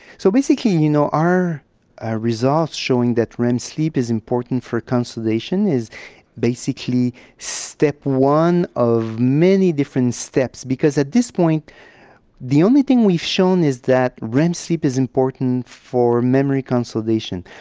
so basically you know our ah results showing that rem sleep is important for consolidation is basically step one of many different steps. because at this point the only thing we've shown is that rem sleep is important for memory consolidation.